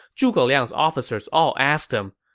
zhuge liang's officers all asked him,